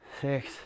six